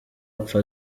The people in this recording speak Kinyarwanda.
apfa